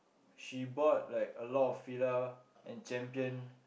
she bought like a lot of Fila and Champion